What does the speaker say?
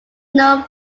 known